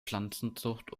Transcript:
pflanzenzucht